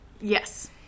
yes